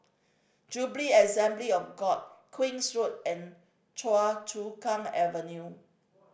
Jubilee Assembly of God Queen's Road and Choa Chu Kang Avenue